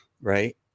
right